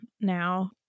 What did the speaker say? now